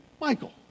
Michael